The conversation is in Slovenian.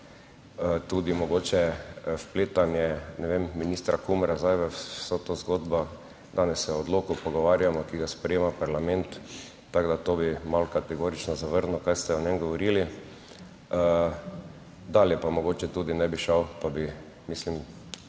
tudi mogoče vpletanje, ne vem, ministra Kumara zdaj v vso to zgodbo, danes se o odloku pogovarjamo, ki ga sprejema parlament, tako da to bi malo kategorično zavrnil kaj ste o njem govorili. Dalje pa mogoče tudi ne bi šel, pa bi, mislim,